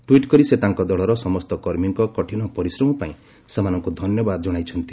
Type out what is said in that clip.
tweet କରି ସେ ତାଙ୍କ ଦଳର ସମସ୍ତ କର୍ମୀଙ୍କ କଠିନ ପରିଶ୍ରମ ପାଇଁ ସେମାନଙ୍କୁ ଧନ୍ୟବାଦ ଜଣାଇଛନ୍ତି